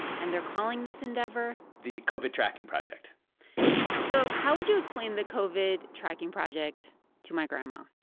and they're calling this endeavor. the covid tracking project so how would you explain the covid tracking project to my grandma?